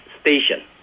station